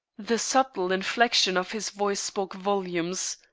the subtle inflection of his voice spoke volumes.